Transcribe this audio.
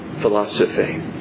philosophy